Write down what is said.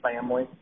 family